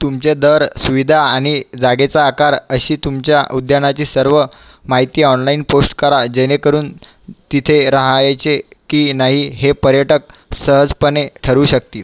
तुमचे दर सुविधा आणि जागेचा आकार अशी तुमच्या उद्यानाची सर्व माहिती ऑनलाईन पोस्ट करा जेणेकरून तिथे रहायचे की नाही हे पर्यटक सहजपणे ठरवू शकती